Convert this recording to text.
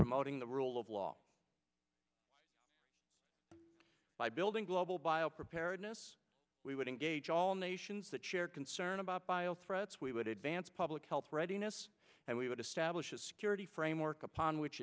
promoting the rule of law by building global bio preparedness we would engage all nations that share concern about bio threats we would advance public health readiness and we would establish a security framework upon which